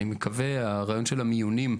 אני מקווה שהרעיון של המיונים,